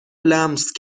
لمس